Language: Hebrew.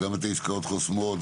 גם את העסקאות החוסמות,